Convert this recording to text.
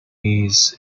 his